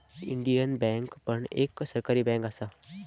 Indian Bank पण एक सरकारी बँक असा